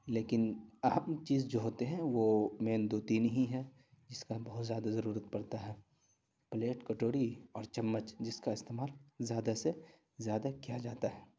لیکن اہم چیز جو ہوتے ہیں وہ مین دو تین ہی ہیں جس کا بہت زیادہ ضرورت پڑتا ہے پلیٹ کٹوری اور چمچ جس کا استعمال زیادہ سے زیادہ کیا جاتا ہے